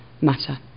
matter